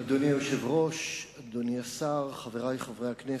אדוני היושב-ראש, אדוני השר, חברי חברי הכנסת,